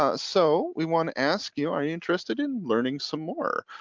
ah so we wanna ask you, are you interested in learning some more?